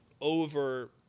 over